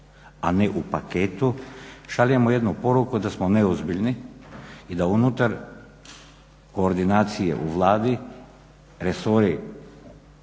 a ne u paketu, šaljemo jednu poruku da smo neozbiljno i da unutar koordinacije u Vladi resori,